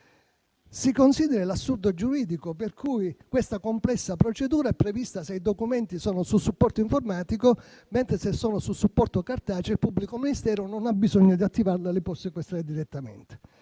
Si consideri l'assurdo giuridico per cui questa complessa procedura è prevista solo se i documenti sono su supporto informatico, mentre, se sono su supporto cartaceo, il pubblico ministero non ha bisogno di attivarla e può sequestrare direttamente